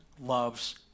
loves